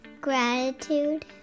Gratitude